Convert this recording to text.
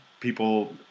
people